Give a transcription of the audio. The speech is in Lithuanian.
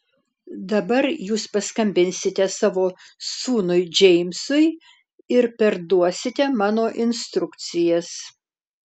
dabar jūs paskambinsite savo sūnui džeimsui ir perduosite mano instrukcijas